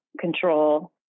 control